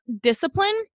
discipline